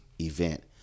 event